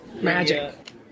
Magic